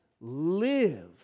live